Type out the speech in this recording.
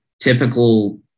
typical